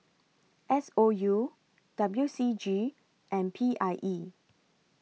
S O U W C G and P I E